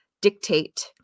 dictate